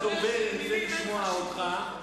אם הדובר ירצה לשמוע אותך,